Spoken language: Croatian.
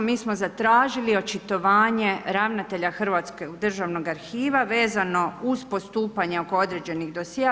Mi smo zatražili očitovanje ravnatelja Hrvatskog državnog arhiva vezano uz postupanje oko određenih dosjea.